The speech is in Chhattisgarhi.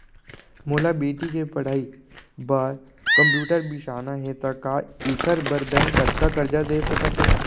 मोला बेटी के पढ़ई बार कम्प्यूटर बिसाना हे त का एखर बर बैंक कतका करजा दे सकत हे?